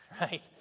right